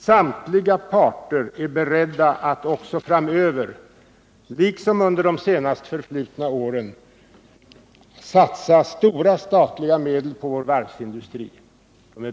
Samtliga parter är beredda att också framöver, liksom under de senast förflutna åren, satsa stora statliga medel på vår varvsindustri.